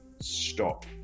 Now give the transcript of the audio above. stop